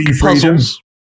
puzzles